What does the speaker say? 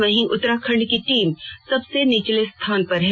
वहीं उतराखंड की टीम सबसे निचले स्थान पर है